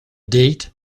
date